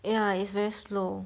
ya it's very slow